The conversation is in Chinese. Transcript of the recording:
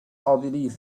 奥地利